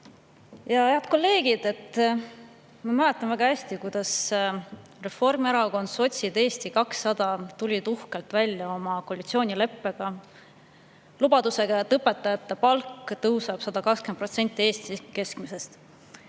juurde. Head kolleegid! Ma mäletan väga hästi, kuidas Reformierakond, sotsid ja Eesti 200 tulid uhkelt välja oma koalitsioonileppe lubadusega, et õpetajate palk tõuseb 120%-ni Eesti keskmisest.